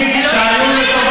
שלך.